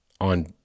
on